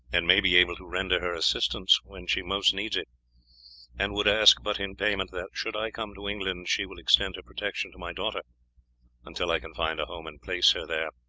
and may be able to render her assistance when she most needs it and would ask but in payment that, should i come to england, she will extend her protection to my daughter until i can find a home and place her there.